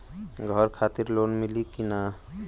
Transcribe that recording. घर खातिर लोन मिली कि ना?